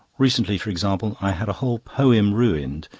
recently, for example, i had a whole poem ruined,